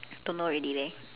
don't know already leh